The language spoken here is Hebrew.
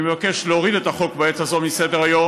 אני מבקש להוריד את החוק בעת הזו מסדר-היום,